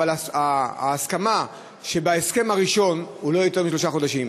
אבל ההסכמה שבהסכם הראשון היא לא יותר משלושה חודשים.